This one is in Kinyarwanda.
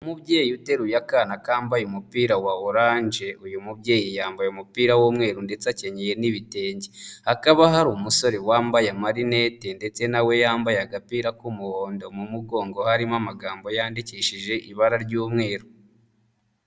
Umubyeyi uteruye akana kambaye umupira wa oranje, uyu mubyeyi yambaye umupira w'umweru ndetse akenyeye n'ibitenge, hakaba hari umusore wambaye amarinete, ndetse na we yambaye agapira k'umuhondo mu mugongo, harimo amagambo yandikishije ibara ry'umweru.